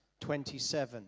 27